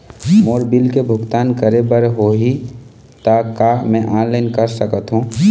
मोर bill के भुगतान करे बर होही ता का मैं ऑनलाइन कर सकथों?